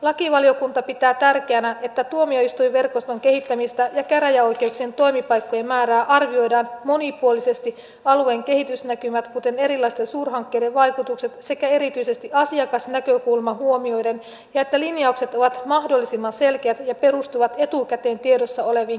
lakivaliokunta pitää tärkeänä että tuomioistuinverkoston kehittämistä ja käräjäoikeuksien toimipaikkojen määrää arvioidaan monipuolisesti alueen kehitysnäkymät kuten erilaisten suurhankkeiden vaikutukset sekä erityisesti asiakasnäkökulma huomioiden ja että linjaukset ovat mahdollisimman selkeät ja perustuvat etukäteen tiedossa oleviin kriteereihin